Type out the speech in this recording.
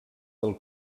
del